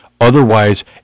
otherwise